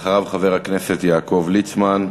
אחריו, חבר הכנסת יעקב ליצמן,